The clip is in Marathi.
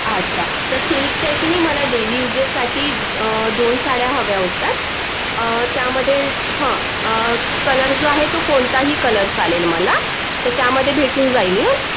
अच्छा तर सिल्कच्या की नाही मला डेली युजेससाठी दोन साड्या हव्या होत्या त्यामध्ये हं कलर जो आहे तो कोणताही कलर चालेल मला तर त्यामध्ये भेटून जाईल ना